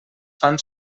fan